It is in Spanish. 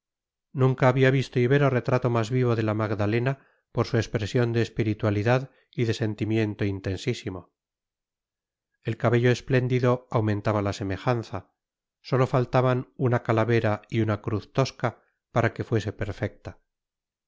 nunca había visto ibero retrato más vivo de la magdalena por su expresión de espiritualidad y de sentimiento intensísimo el cabello espléndido aumentaba la semejanza sólo faltaban una calavera y una cruz tosca para que fuese perfecta